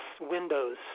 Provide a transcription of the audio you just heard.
windows